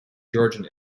georgian